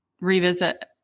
revisit